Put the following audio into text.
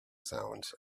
sounds